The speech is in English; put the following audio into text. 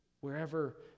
wherever